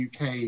UK